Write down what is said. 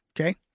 Okay